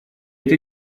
это